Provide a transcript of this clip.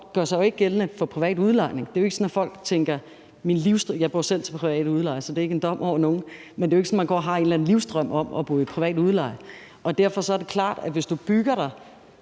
sig jo ikke gældende for privat udlejning. Det er jo ikke sådan – jeg bor selv til privat leje, så det er ikke en dom over nogen – at man går og har en eller anden livsdrøm om at bo privat til leje. Derfor er det klart, at hvis du bygger dig